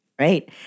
right